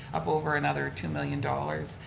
up over another two million dollars.